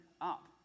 up